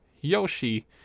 Yoshi